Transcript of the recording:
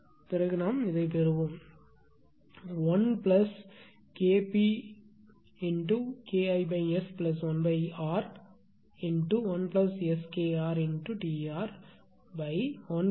நாம் பெறுவோம் 1KpKIS1R1SKrTr1STp1STg1STt1STrΔF Kp